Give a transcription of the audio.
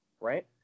right